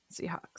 Seahawks